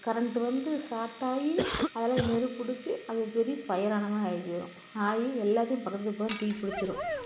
current வந்து short ஆகி அதெல்லாம் நெருப்பு பிடிச்சி அது பெரிய ஃபைர் ஆனமா ஆகி போயிடும் ஆகி எல்லாத்தையும் பக்கத்து பக்கத்தில் தீ பிடிச்சிரும்